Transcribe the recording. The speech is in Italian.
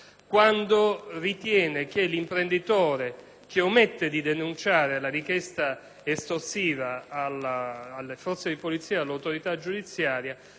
che omette di denunciare la richiesta estorsiva alle forze di polizia e all'autorità giudiziaria compie un'attività che si avvicina